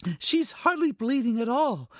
she's hardly bleeding at all.